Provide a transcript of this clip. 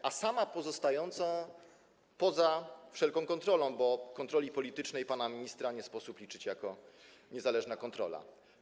One same pozostają poza wszelką kontrolą, bo kontroli politycznej pana ministra nie sposób zaliczać do niezależnych kontroli.